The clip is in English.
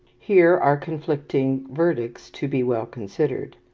here are conflicting verdicts to be well considered.